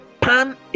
pan